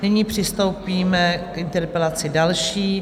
Nyní přistoupíme k interpelaci další.